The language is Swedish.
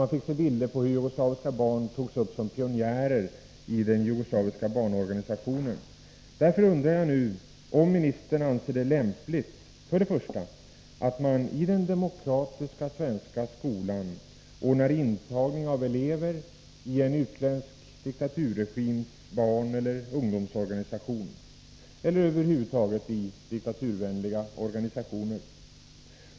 Man fick se bilder på hur barn togs upp som pionjärer i den jugoslaviska barnorganisationen. Därför undrar jag nu, för det första, om ministern anser det lämpligt att man i den demokratiska svenska skolan ordnar intagning av elever i en utländsk diktaturregims barneller ungdomsorganisation eller över huvud taget i diktaturvänliga organisationer.